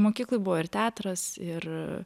mokykloj buvo ir teatras ir